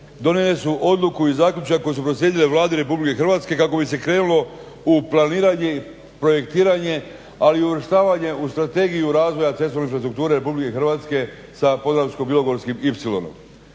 donijeli su odluku i zaključak koji su proslijedili Vladi RH kako bi se krenulo u planiranje i projektiranje ali i u uvrštavanje u Strategiju razvoja cestovne infrastrukture RH sa Podravsko-bilogorskim ipsilonom.